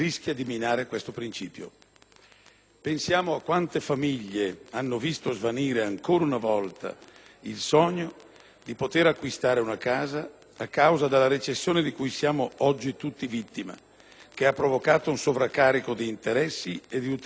Pensiamo a quante famiglie hanno visto svanire, ancora una volta, il sogno di poter acquistare una casa a causa della recessione di cui oggi siamo tutti vittima, che ha provocato un sovraccarico di interessi e di ulteriori aggravi familiari